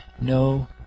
No